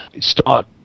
start